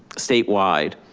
statewide.